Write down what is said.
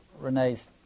Renee's